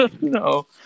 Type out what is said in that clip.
No